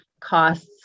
costs